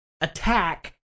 attack